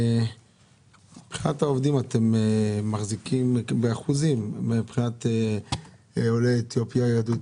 אתם מחזיקים באחוזים מבחינת עולי אתיופיה, העולים